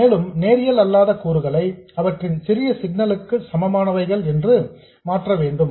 மேலும் நேரியல் அல்லாத கூறுகளை அவற்றின் சிறிய சிக்னல் க்கு சமமானவைகளை கொண்டு மாற்ற வேண்டும்